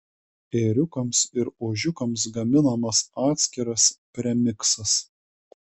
ėriukams ir ožkiukams gaminamas atskiras premiksas